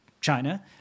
China